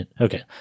Okay